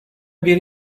bir